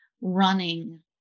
running